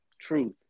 truth